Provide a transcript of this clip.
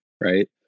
right